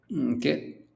Okay